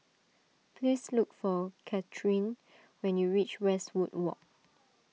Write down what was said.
please look for Kathyrn when you reach Westwood Walk